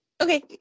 okay